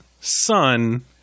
son